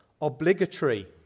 obligatory